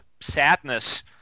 sadness